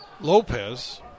Lopez